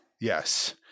Yes